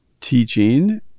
teaching